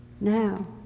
Now